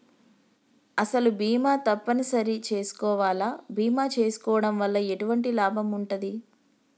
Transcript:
అసలు బీమా తప్పని సరి చేసుకోవాలా? బీమా చేసుకోవడం వల్ల ఎటువంటి లాభం ఉంటది?